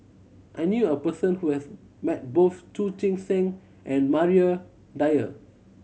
I knew a person who has met both Chu Chee Seng and Maria Dyer